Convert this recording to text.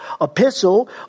epistle